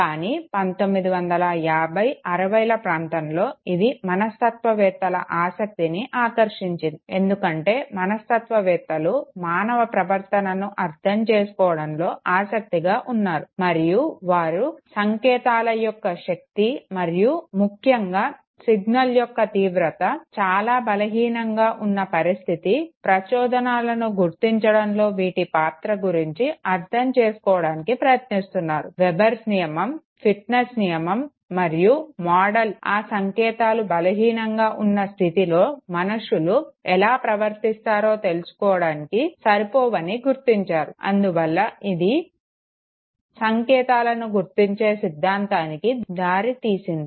కానీ 1950 60ల ప్రాంతంలో ఇది మనస్తత్వవేత్తల ఆశక్తిని ఆకర్షించింది ఎందుకంటే మనస్తత్వవేత్తలు మానవ ప్రవర్తనను అర్ధం చేసుకోవడంలో ఆశక్తిగా ఉన్నారు మరియు వారు సంకేతాల యొక్క శక్తి మరియు ముఖ్యంగా సిగ్నల్ యొక్క తీవ్రత చాలా బలహీనంగా ఉన్న పరిస్థితి ప్రచోదానాలను గుర్తించడంలో వీటి పాత్ర గురించి అర్ధం చేసుసుకోవడానికి ప్రయత్నిస్తున్నారు వెబర్స్ నియమం ఫిట్నెస్ నియమం మరియు మోడల్ ఆ సంకేతాలు బలహీనంగా ఉన్న స్థితిలో మనుషులు ఎలా ప్రవర్తిస్తారో తెలుసుకోడానికి సరిపోవని గుర్తించారు అందువల్ల ఇది సంకేతాలను గుర్తించే సిద్ధాంతానికి దారి తీసింది